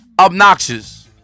Obnoxious